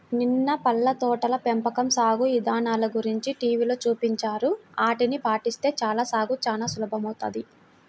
నిన్న పళ్ళ తోటల పెంపకం సాగు ఇదానల గురించి టీవీలో చూపించారు, ఆటిని పాటిస్తే చాలు సాగు చానా సులభమౌతది